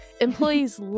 Employees